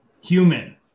human